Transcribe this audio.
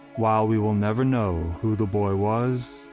while we will never know who the boy was,